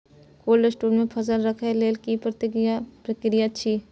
Cold store मे फसल रखय लेल की प्रक्रिया अछि?